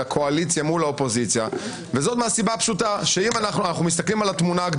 קואליציה לבין אופוזיציה אז לחוקי היסוד יש מעמד מיוחד